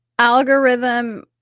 algorithm